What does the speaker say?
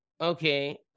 Okay